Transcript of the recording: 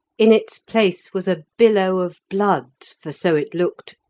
in its place was a billow of blood, for so it looked,